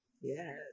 Yes